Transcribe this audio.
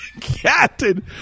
Captain